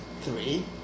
three